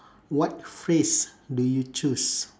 what phrase do you choose